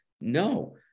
No